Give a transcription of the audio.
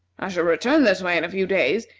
i shall return this way in a few days,